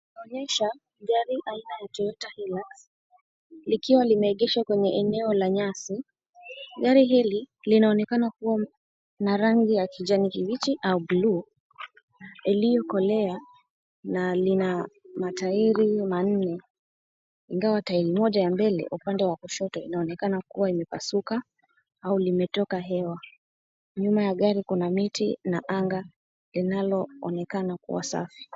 Inaonyesha gari aina ya Toyota Hilux likiwa limeekeshwa kwenye eneo ya nyasi gari hili linaonekana kuwa na rangi ya kijani kibichi au buluu iliyokolea na lina matairi manne ingawa tairi moja ya mbele upande wa kushoto unaonekana kuwa imepasuka au limetoka hewa nyuma ya gari kuna Kuna miti na anga linaloonekana kuwa safi.